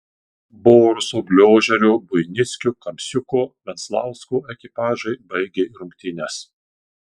boruso gliožerio buinicko kamsiuko venslausko ekipažai baigė rungtynes